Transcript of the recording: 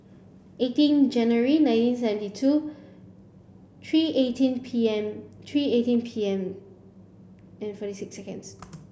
eighteen January nineteen seventy two three eighteen P M three eighteen P M and forty six seconds